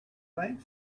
think